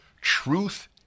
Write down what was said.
truth